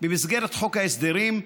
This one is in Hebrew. במסגרת חוק ההסדרים,